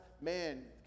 man